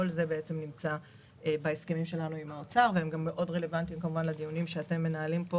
כל זה נמצא בהסכמים שלנו עם האוצר ומאוד רלוונטי לדיונים שאתם מנהלים פה